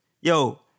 yo